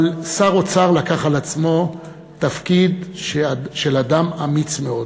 אבל שר האוצר לקח על עצמו תפקיד של אדם אמיץ מאוד.